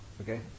Okay